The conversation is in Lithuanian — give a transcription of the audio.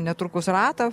netrukus ratą